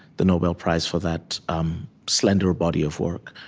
the nobel prize for that um slender body of work?